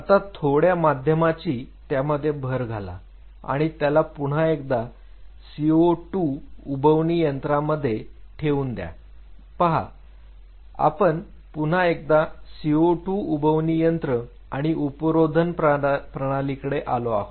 आता थोड्या माध्यमांची त्यामध्ये भर घाला आणि त्याला पुन्हा एकदा CO2 उबवनी यंत्रांमध्ये ठेवून द्या पहा आपण पुन्हा एकदा CO2 उबवनी यंत्र आणि उपरोधन प्रणालीकडे आलो आहोत